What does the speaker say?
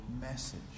message